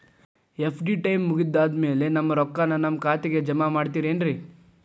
FD time ಮುಗಿದಾದ್ ಮ್ಯಾಲೆ ನಮ್ ರೊಕ್ಕಾನ ನಮ್ ಖಾತೆಗೆ ಜಮಾ ಮಾಡ್ತೇರೆನ್ರಿ?